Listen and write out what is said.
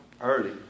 early